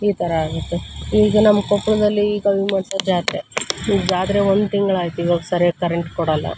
ಈ ಥರ ಆಗುತ್ತೆ ಈಗ ನಮ್ಮ ಕೊಪ್ಪಳದಲ್ಲಿ ಗವಿ ಮಠದ ಜಾತ್ರೆ ಈಗ ಜಾತ್ರೆಗೆ ಒಂದು ತಿಂಗ್ಳಯ್ತು ಇವಾಗ ಸರಿಯಾಗಿ ಕರೆಂಟ್ ಕೊಡಲ್ಲ